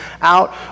out